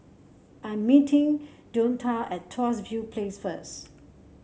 I'm meeting Deonta at Tuas View Place first